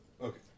Okay